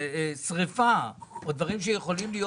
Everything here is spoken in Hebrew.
שריפה או דברים שיכולים להיות.